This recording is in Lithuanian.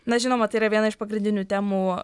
na žinoma tai yra viena iš pagrindinių temų